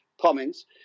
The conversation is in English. comments